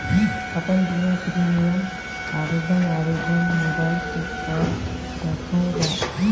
अपन बीमा प्रीमियम आवेदन आवेदन मोबाइल से कर सकहुं का?